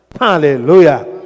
hallelujah